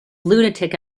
lunatic